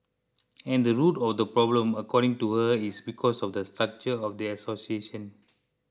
and the root of the problem according to her is because of the structure of the association